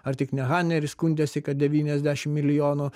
ar tik ne haneris skundėsi kad devyniasdešimt milijonų